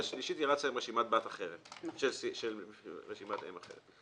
והשלישית רצה עם רשימה בת אחרת של רשימת אם אחרת.